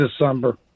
December